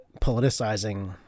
politicizing